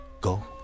go